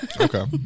Okay